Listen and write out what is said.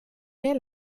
mehr